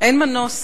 אין מנוס,